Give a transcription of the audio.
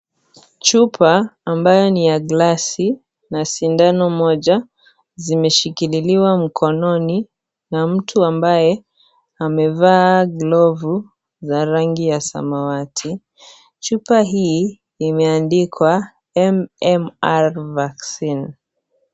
Chupa mabayo ni ya glasi na sindano moja zimeshikiliwa mkononi na mtu ambaye amevaa glovu za rangi ya samawati. Chupa hii imeandikwa MMR vaccine.